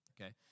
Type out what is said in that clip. okay